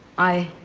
i